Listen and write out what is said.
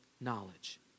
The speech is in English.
knowledge